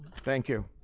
thank you.